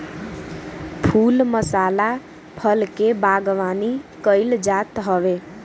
फूल मसाला फल के बागवानी कईल जात हवे